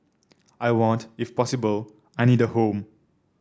I want if possible I need a home